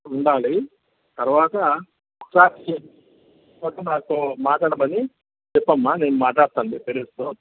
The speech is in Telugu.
ఉండాలి తరువాత ఒకసారి సార్ తో మాట్లాడమని చెప్పమ్మా నేను మాట్లాడతాను మీ పేరెంట్స్ తో